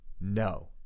No